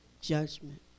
Judgment